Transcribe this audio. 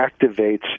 activates